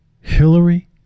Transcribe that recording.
Hillary